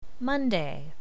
Monday